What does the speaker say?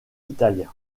italien